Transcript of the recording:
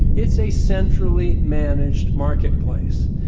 it's a centrally managed marketplace.